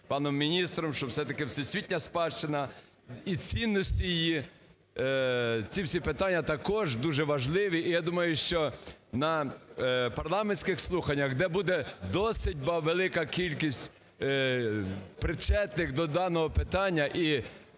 паном міністром, що все-таки всесвітня спадщина і цінності її, ці всі питання також дуже важливі. І, я думаю, що на парламентських слуханнях, де буде досить велика кількість причетних до даного питання,